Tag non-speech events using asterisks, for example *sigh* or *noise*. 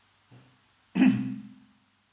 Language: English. mm *coughs*